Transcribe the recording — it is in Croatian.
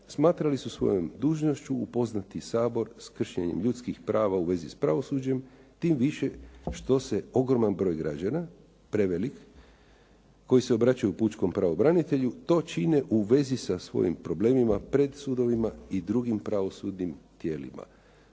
smatrali su svojom dužnošću upoznati Sabor s kršenjem ljudskih prava u vezi s pravosuđem, tim više što se ogroman broj građana, prevelik, koji se obraćaju Pučkom pravobranitelju to čine u vezi sa svojim problemima pred sudovima i drugim pravosudnim tijelima.